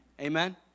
Amen